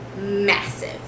massive